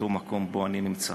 במקום שבו אני נמצא.